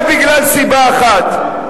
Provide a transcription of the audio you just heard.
רק בגלל סיבה אחת.